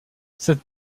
cette